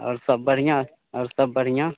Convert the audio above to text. और सब बढ़िया और सब बढ़िया